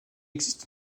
existe